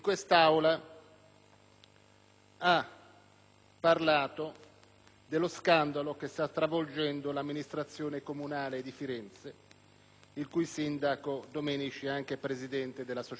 ha parlato dello scandalo che sta travolgendo l'amministrazione comunale di Firenze, il cui sindaco Dominici è anche Presidente dell'associazione nazionale dei Comuni italiani.